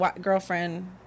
girlfriend